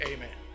Amen